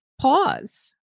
pause